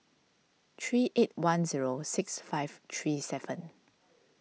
three eight one zero six five three seven